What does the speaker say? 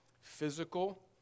physical